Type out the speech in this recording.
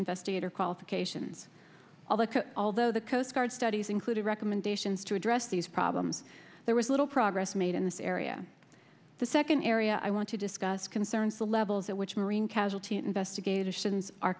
investigator qualifications although the coast guard studies included recommendations to address these problems there was little progress made in this area the second area i want to discuss concerns the levels at which marine casualty investigations are